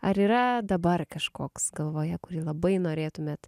ar yra dabar kažkoks galvoje kurį labai norėtumėt